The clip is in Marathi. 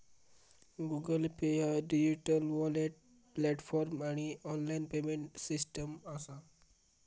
गुगल पे ह्या डिजिटल वॉलेट प्लॅटफॉर्म आणि ऑनलाइन पेमेंट सिस्टम असा